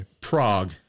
Prague